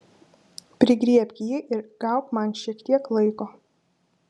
prigriebk jį ir gauk man šiek tiek laiko